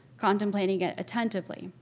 contemplating it attentively,